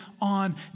on